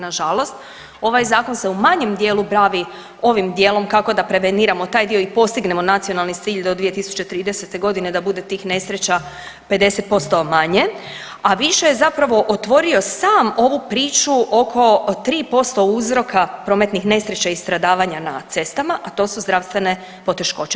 Nažalost, ovaj zakon se u manjem dijelu bavi ovim dijelom kako da preveniramo taj dio i postignemo nacionalni cilj do 2030.g. da bude tih nesreća 50% manje, a više je zapravo otvorio sam ovu priču oko 3% uzroka prometnih nesreća i stradavanja na cestama, a to su zdravstvene poteškoće.